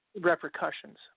repercussions